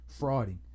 frauding